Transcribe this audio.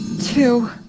Two